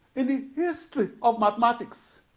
in the history of mathematics,